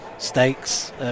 stakes